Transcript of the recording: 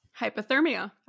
Hypothermia